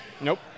Nope